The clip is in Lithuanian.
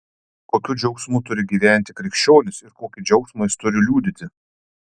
kokiu džiaugsmu turi gyventi krikščionis ir kokį džiaugsmą jis turi liudyti